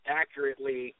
accurately